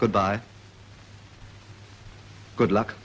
good bye good luck